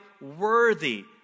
worthy